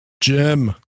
jim